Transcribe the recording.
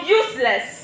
useless